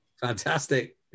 Fantastic